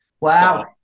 Wow